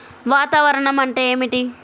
వాతావరణం అంటే ఏమిటి?